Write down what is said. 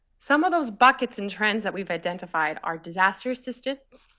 some of those buckets and trends that we've identified are disaster assistance,